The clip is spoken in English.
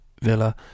Villa